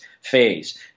phase